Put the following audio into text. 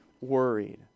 worried